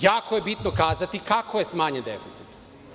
Jako je bitno kazati kako je smanjen deficit.